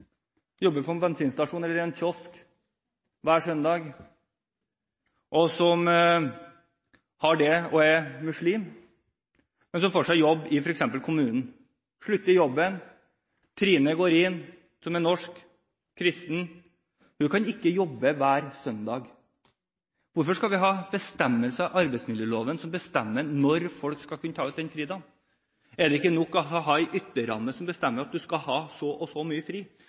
muslim. Men så får han seg f.eks. jobb i kommunen, og han slutter i jobben. Trine går inn. Hun er norsk og kristen, og hun kan ikke jobbe hver søndag. Hvorfor skal vi ha bestemmelser i arbeidsmiljøloven som bestemmer når folk skal kunne ta ut den fridagen? Er det ikke nok å ha en ytterramme som bestemmer at du skal ha så og så mye fri,